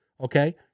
Okay